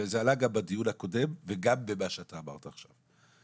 וזה עלה גם בדיון הקודם וגם במה שאתה אמרת עכשיו.